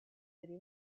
city